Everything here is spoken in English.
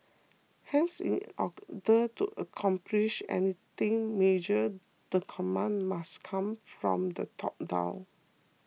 hence in order to accomplish anything major the command must come from the top down